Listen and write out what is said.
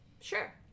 sure